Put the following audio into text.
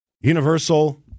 Universal